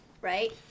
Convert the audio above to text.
right